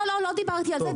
לא לא לא דיברתי על זה,